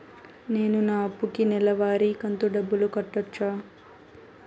నేను నా అప్పుకి నెలవారి కంతు డబ్బులు కట్టొచ్చా?